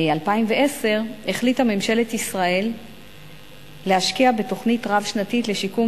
2010 החליטה ממשלת ישראל להשקיע בתוכנית רב-שנתית לשיקום